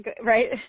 right